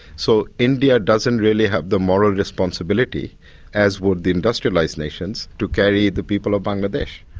so india doesn't really have the moral responsibility as would the industrialised nations to carry the people of bangladesh.